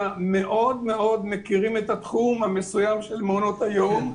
ומאוד מאוד מכירים את התחום המסוים של מעונות היום.